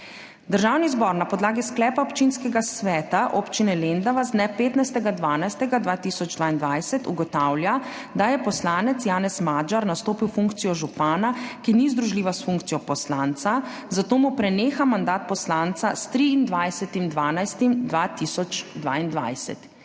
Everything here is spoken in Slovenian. Državni zbor na podlagi Sklepa Občinskega sveta Občine Lendava z dne 15. 12. 2022 ugotavlja, da je poslanec Janez Magyar nastopil funkcijo župana, ki ni združljiva s funkcijo poslanca, zato mu preneha mandat poslanca s 23. 12. 2022.